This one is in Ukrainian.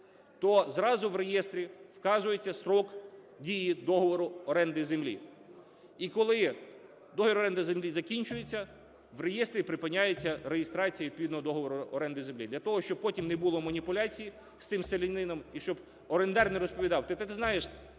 то зразу в реєстрі вказується строк дії договору оренди землі. І коли договір оренди землі закінчується, в реєстрі припиняється реєстрація відповідного договору оренди землі, для того щоб потім не було маніпуляцій з цим селянином і щоб орендар не розповідав: та, ти знаєш,